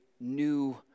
new